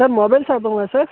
sir mobile ஷாப்புங்களா sir